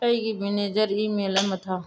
ꯑꯩꯒꯤ manager email ꯑꯃ ꯊꯥꯎ